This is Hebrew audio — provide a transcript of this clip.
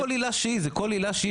לא כל עילה שהיא, זה כל עילה שהיא